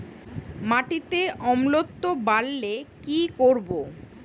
মাটিতে অম্লত্ব বাড়লে কি করব?